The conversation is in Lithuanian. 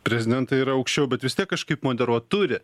prezidentai yra aukščiau bet vis tiek kažkaip moderuot turi